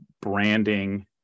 branding